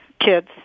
kids